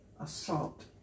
assault